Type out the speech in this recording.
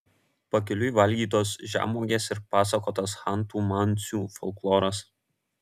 pakeliui valgytos žemuogės ir pasakotas chantų mansių folkloras